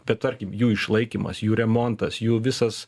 bet tarkim jų išlaikymas jų remontas jų visas